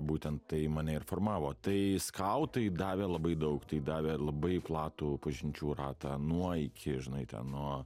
būtent tai mane ir formavo tai skautai davė labai daug tai davė labai platų pažinčių ratą nuo iki žinai ten nuo